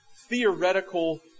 theoretical